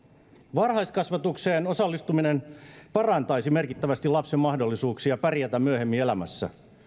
varhaiskasvatukseen osallistuminen parantaisi merkittävästi lapsen mahdollisuuksia pärjätä myöhemmin elämässä